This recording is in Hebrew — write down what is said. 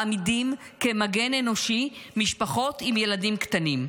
מעמידים כמגן אנושי משפחות עם ילדים קטנים.